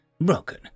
broken